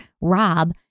Rob